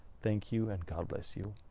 thank you. and god bless you.